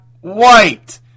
white